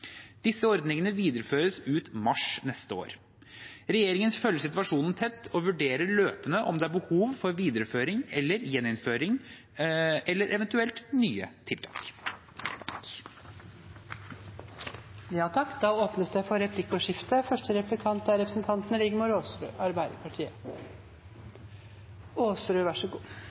Disse ordningene videreføres ut mars neste år. Regjeringen følger situasjonen tett og vurderer løpende om det er behov for videreføring, gjeninnføring eller eventuelle nye tiltak. Det blir replikkordskifte. Koronapandemien er på ingen måte over. Det